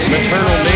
Maternal